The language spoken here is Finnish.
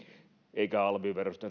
eikä alviverosta